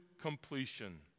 completion